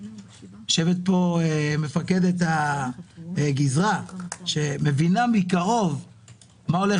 יושבת פה מפקדת הגזרה לשעבר שמבינה מקרוב מה הולך.